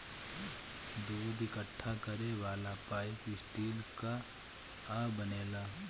दूध इकट्ठा करे वाला पाइप स्टील कअ बनेला